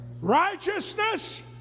righteousness